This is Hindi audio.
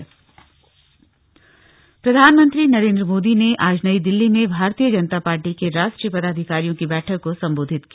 राष्ट्रीय पदाधिकारी बैठक प्रधानमंत्री नरेन्द्र मोदी ने आज नई दिल्ली में भारतीय जनता पार्टी के राष्ट्रीय पदाधिकारियों की बैठक को संबोधित किया